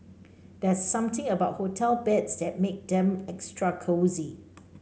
there's something about hotel beds that make them extra cosy